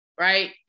right